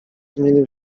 zmienił